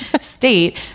state